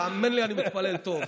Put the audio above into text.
אני מתפלל, תאמין לי, אני מתפלל טוב.